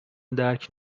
درک